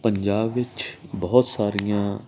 ਪੰਜਾਬ ਵਿੱਚ ਬਹੁਤ ਸਾਰੀਆਂ